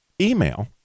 email